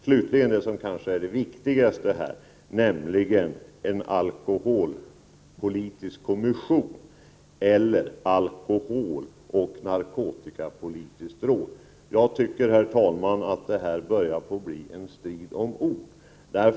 Slutligen till det som kanske är det viktigaste i det här sammanhanget, nämligen frågan om en alkoholpolitisk kommission eller ett alkoholoch narkotikapolitiskt råd. Jag tycker, herr talman, att denna fråga börjar handla om en strid om ordval.